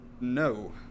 no